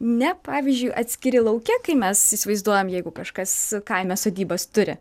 ne pavyzdžiui atskiri lauke kai mes įsivaizduojam jeigu kažkas kaime sodybas turi